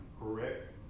Correct